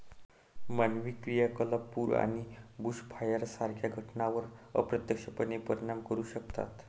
मानवी क्रियाकलाप पूर आणि बुशफायर सारख्या घटनांवर अप्रत्यक्षपणे परिणाम करू शकतात